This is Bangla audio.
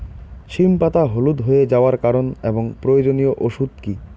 সিম পাতা হলুদ হয়ে যাওয়ার কারণ এবং প্রয়োজনীয় ওষুধ কি?